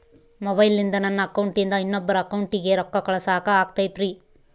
ಮೊಬೈಲಿಂದ ನನ್ನ ಅಕೌಂಟಿಂದ ಇನ್ನೊಬ್ಬರ ಅಕೌಂಟಿಗೆ ರೊಕ್ಕ ಕಳಸಾಕ ಆಗ್ತೈತ್ರಿ?